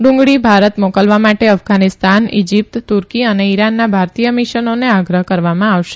ડુંગળી ભારત મોકલવા માટે અફઘાનિસ્તાન ઇજીત્પ તુર્કી અને ઇરાનના ભારતીય મિશનોને આગ્રહ કરવામાં આવશે